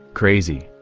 crazy,